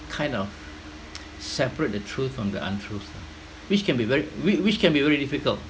kind of separate the truth from the untruths ah which can be very whi~ which can be very difficult